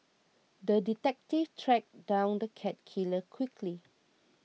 the detective tracked down the cat killer quickly